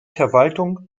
verwaltung